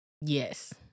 Yes